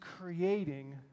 creating